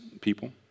people